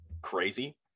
crazy